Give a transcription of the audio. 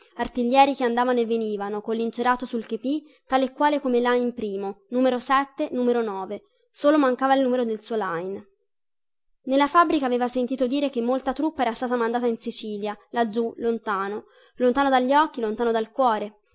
artiglieri che andavano e venivano collincerato sul chepì tale e quale come lajn primo solo mancava il numero del suo lajn nella fabbrica aveva sentito dire che molta truppa era stata mandata in sicilia laggiù lontano lontano dagli occhi lontano dal cuore